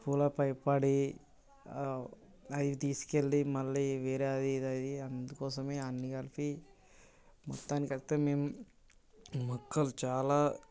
పూలపై పడి అవి తీసుకెళ్ళి మళ్ళీ వేరే ఆడిది అయి అందుకోసమే అన్నీ కలిపి మొత్తానికి వస్తే మేము మొక్కలు చాలా